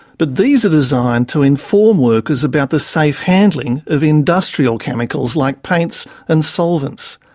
but these are designed to inform workers about the safe handling of industrial chemicals like paints and solvents.